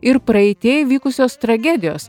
ir praeityje įvykusios tragedijos